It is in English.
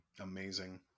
Amazing